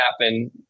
happen